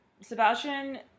Sebastian